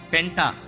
Penta